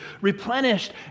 replenished